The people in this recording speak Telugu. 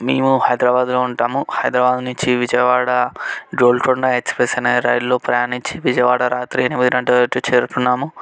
మేము హైదరాబాదులో ఉంటాము హైదరాబాద్ నుంచి విజయవాడ గోల్కొండ ఎక్స్ప్రెస్ అనే రైల్లో ప్రయాణించి విజయవాడ రాత్రి వేళాంగిణి గట్టు చేరుకున్నాము